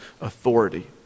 authority